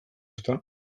ezta